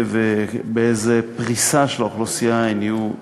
ובאיזו פריסה באוכלוסייה הן יהיו קיימות.